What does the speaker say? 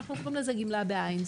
אנחנו קוראים לזה גמלה בעין.